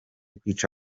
kwica